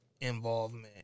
involvement